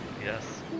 yes